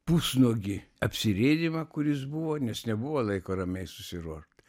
pusnuogį apsirėdymą kuris buvo nes nebuvo laiko ramiai susiruošt